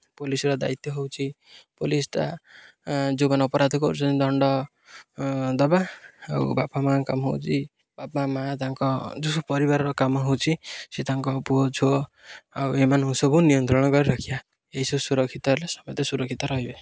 ପୋଲିସ୍ର ଦାୟିତ୍ୱ ହେଉଛି ପୋଲିସ୍ଟା ଯେଉଁମାନେ ଅପରାଧ କରୁଛନ୍ତି ଦଣ୍ଡ ଦେବା ଆଉ ବାପା ମାଆଙ୍କ କାମ ହେଉଛି ବାପା ମାଆ ତାଙ୍କ ଯେଉଁ ସବୁ ପରିବାରର କାମ ହେଉଛି ସେ ତାଙ୍କ ପୁଅ ଝିଅ ଆଉ ଏମାନ ସବୁ ନିୟନ୍ତ୍ରଣ କରି ରଖିବା ଏହିସବୁ ସୁରକ୍ଷିତ ହେଲେ ସମସ୍ତେ ସୁରକ୍ଷିତ ରହିବେ